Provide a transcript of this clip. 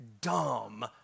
dumb